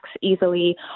easily